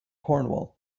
cornwall